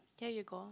there you go